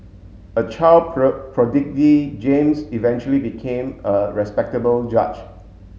a child James eventually became a respectable judge